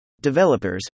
Developers